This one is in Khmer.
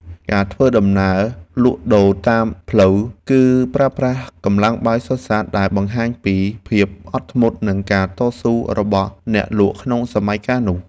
ការធ្វើដំណើរលក់ដូរតាមផ្លូវ គឺប្រើប្រាស់កម្លាំងបាយសុទ្ធសាធដែលបង្ហាញពីភាពអត់ធ្មត់និងការតស៊ូរបស់អ្នកលក់ក្នុងសម័យកាលនោះ។